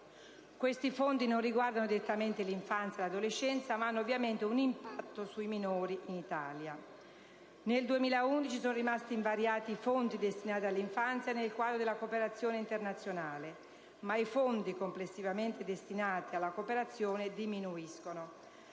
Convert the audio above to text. Questi fondi non riguardano direttamente l'infanzia e l'adolescenza, ma hanno ovviamente un impatto sui minori in Italia. Nel 2011 sono rimasti invariati i fondi destinati all'infanzia nel quadro della cooperazione internazionale, ma i fondi complessivamente destinati alla cooperazione diminuiscono.